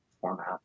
format